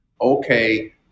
okay